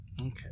Okay